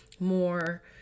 more